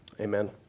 Amen